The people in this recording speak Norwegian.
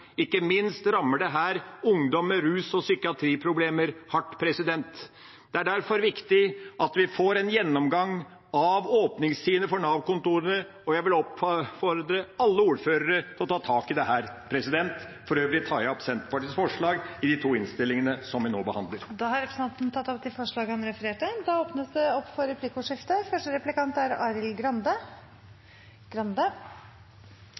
Ikke minst rammer dette ungdom med rus- og psykiatriproblemer hardt. Det er derfor viktig at vi får en gjennomgang av åpningstidene for Nav-kontorene, og jeg vil oppfordre alle ordførere til å ta tak i dette. For øvrig tar jeg opp Senterpartiets forslag i de to innstillingene som vi nå behandler. Representanten Per Olaf Lundteigen har tatt opp de forslagene han refererte til. Det blir replikkordskifte. For eller imot EØS-avtalen er